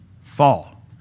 fall